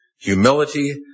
humility